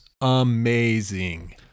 amazing